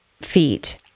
feet